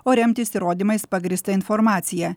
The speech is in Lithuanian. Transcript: o remtis įrodymais pagrįsta informacija